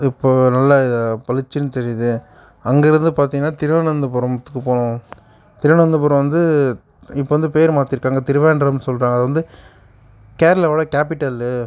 இப்போது நல்ல பளிச்சினு தெரியுது அங்கே இருந்து பார்த்தீங்னா திருவனந்தபுரத்துக்கு போகணும் திருவனந்தபுரம் வந்து இப்போ வந்து பேர் மாற்றிருக்காங்க திருவேன்றம்னு சொல்கிறாங்க அது வந்து கேரளாவோட கேப்பிட்டலு